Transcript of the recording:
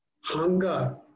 Hunger